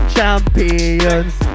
Champions